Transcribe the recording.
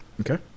Okay